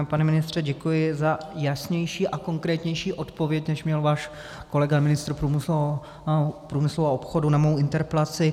Pane ministře, děkuji za jasnější a konkrétnější odpověď, než měl váš kolega ministr průmyslu a obchodu na mou interpelaci.